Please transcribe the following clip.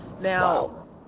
Now